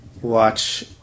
watch